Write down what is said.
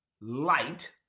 light